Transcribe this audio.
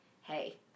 hey